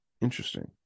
Interesting